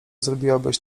zrobiłabyś